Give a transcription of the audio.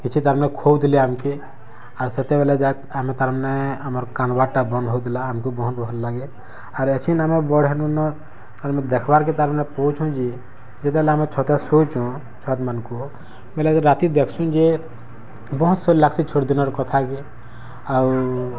କିଛି ତାର୍ମାନେ ଖୋଉଥିଲେ ଆମ୍କେ ଆର୍ ସେତେବେଲେ ଯାଇ ଆମେ ତାର୍ମାନେ ଆମର୍ କାନ୍ଦ୍ବାର୍ଟା ବନ୍ଦ୍ ହଉଥିଲା ଆମ୍କୁ ବହୁତ୍ ଭଲ୍ ଲାଗେ ଆର ଏଛିନ୍ ଆମେ ବଡ଼୍ ହେଲୁନ ଆର୍ ଦେଖ୍ବାର୍କେ ତାର୍ମାନେ ପଉଛୁ ଯେ ଯେତେବେଲେ ଆମେ ଛତେ ଶୋଉଚୁଁ ଛାତ୍ମାନ୍କୁ ବେଲେ ରାତି ଦେଖସୁଁ ଯେ ବହୁତ୍ ସୋର୍ ଲାଗ୍ସି ଛୋଟ୍ ଦିନର୍ କଥାକେ ଆଉ